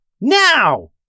Now